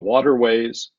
waterways